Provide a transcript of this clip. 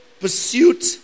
pursuit